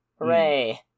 Hooray